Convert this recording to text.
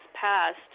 passed